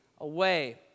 away